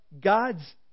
God's